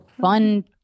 fun